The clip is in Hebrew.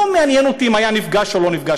לא מעניין אותי אם הוא היה נפגש או לא נפגש.